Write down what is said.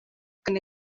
yanga